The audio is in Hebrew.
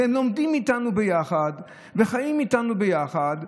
והם לומדים איתנו ביחד וחיים איתנו ביחד,